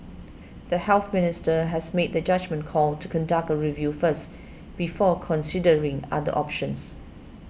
the Health Minister has made the judgement call to conduct a review first before considering other options